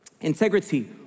Integrity